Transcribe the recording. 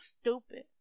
stupid